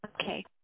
Okay